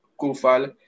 Kufal